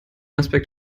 aspekt